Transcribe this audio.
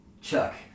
Chuck